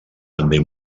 també